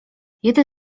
jeden